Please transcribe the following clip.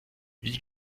wie